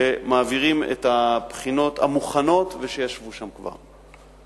שמעבירים את הבחינות המוכנות והן כבר נמצאות שם.